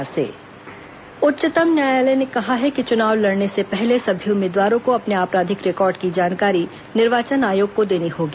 supreme court फैसला उच्चतम न्यायालय ने कहा है कि चुनाव लड़ने से पहले सभी उम्मीदवारों को अपने आपराधिक रिकॉर्ड की जानकारी निर्वाचन आयोग को देनी होगी